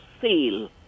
sale